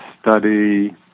study